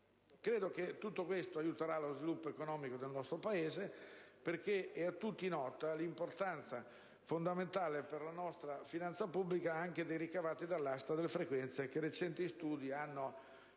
Credo che tutto questo aiuterà lo sviluppo economico del nostro Paese, perché è a tutti nota l'importanza fondamentale per la nostra finanza pubblica dei ricavi dell'asta delle frequenze, che recenti studi sembrano ipotizzare